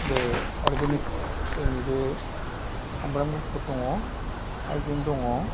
बे अर्गेनिक जोंनि बे सामब्राम गुफुर दङ हाइजें दङ